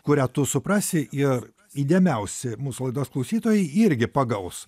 kurią tu suprasi ir įdėmiausi mūsų laidos klausytojai irgi pagaus